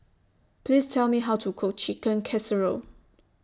Please Tell Me How to Cook Chicken Casserole